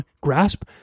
grasp